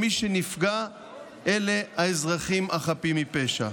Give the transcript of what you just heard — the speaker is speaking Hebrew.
ומי שנפגעים אלה האזרחים החפים מפשע.